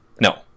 no